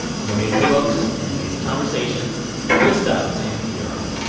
some amazing books and amazing conversations good stuff to end the year on.